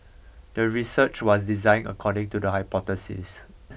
the research was designed according to the hypothesis